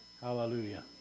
Hallelujah